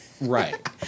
Right